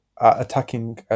attacking